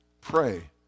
Pray